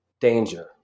danger